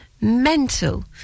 mental